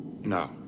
No